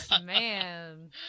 Man